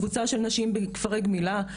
קבוצה של נשים מכפרי גמילה,